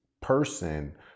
person